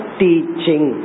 teaching